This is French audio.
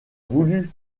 voulu